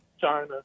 China